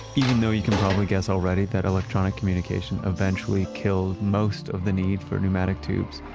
even though you can probably guess already that electronic communication eventually killed most of the need for pneumatic tubes,